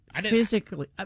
Physically